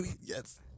Yes